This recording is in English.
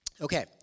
Okay